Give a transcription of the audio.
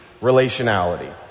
relationality